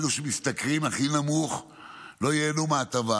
אלה שמשתכרים הכי נמוך לא ייהנו מההטבה,